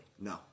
No